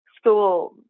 school